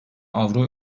avro